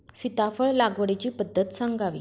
सीताफळ लागवडीची पद्धत सांगावी?